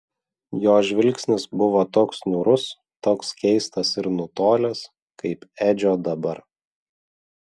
jo žvilgsnis buvo toks niūrus toks keistas ir nutolęs kaip edžio dabar